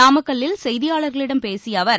நாமக்கல்லில் செய்தியாளர்களிடம் பேசிய அவர்